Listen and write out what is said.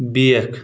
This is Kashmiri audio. بیکھ